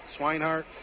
Swinehart